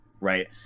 right